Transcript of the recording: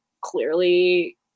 clearly